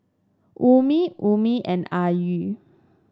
Ummi Ummi and Ayu